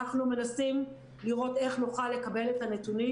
אנחנו מנסים לראות איך נוכל לקבל את הנתונים